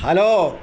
hello